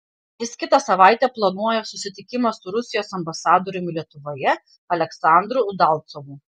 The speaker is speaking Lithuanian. jis kitą savaitę planuoja susitikimą su rusijos ambasadoriumi lietuvoje aleksandru udalcovu